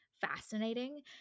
fascinating